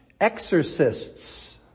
exorcists